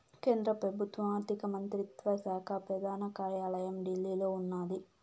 కేంద్ర పెబుత్వ ఆర్థిక మంత్రిత్వ శాక పెదాన కార్యాలయం ఢిల్లీలో ఉన్నాది